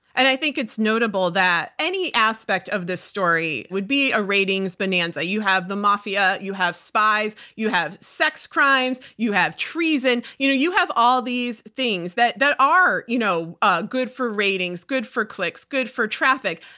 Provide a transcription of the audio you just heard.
and i think it's notable that any aspect of this story would be a ratings bonanza. you have the mafia, you have spies, you have sex crimes, you have treason. you know you have all these things that that are you know ah good for ratings, good for clicks, good for traffic.